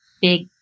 big